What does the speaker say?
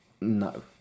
No